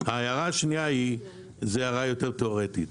ההערה השנייה היא יותר תאורטית,